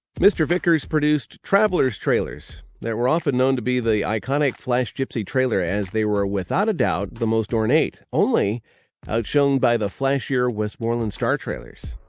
mr. vickers produced travelers' trailers that were often known to be the iconic flash gypsy trailer as they were without a doubt the most ornate, only out-shown by the flashier westmorland star trailers.